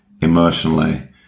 emotionally